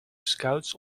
scouts